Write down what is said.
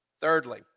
Thirdly